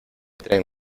tren